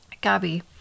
Gabby